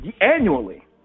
annually